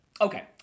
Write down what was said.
okay